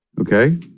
Okay